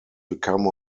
become